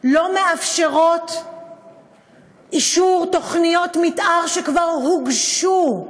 לא מאפשרות אישור תוכניות מתאר שכבר הוגשו,